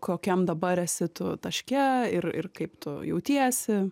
kokiam dabar esi tu taške ir ir kaip tu jautiesi